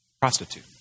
prostitute